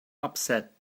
upset